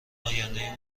آینده